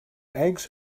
eggs